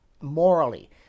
morally